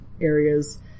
areas